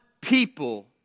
people